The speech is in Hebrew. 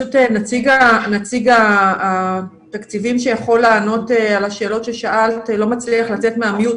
נציג התקציבים שיכול לענות על השאלות ששאלת לא מצליח לצאת מהמיוט,